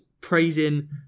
praising